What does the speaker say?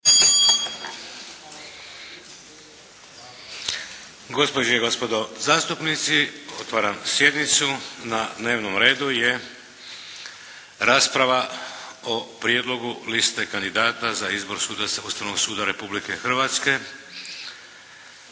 Gospođe i gospodo zastupnici! Otvaram sjednicu. Na dnevnom redu je rasprava o prijedlogu liste kandidata za izbor sudaca Ustavnog suda Republike Hrvatske.